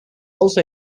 also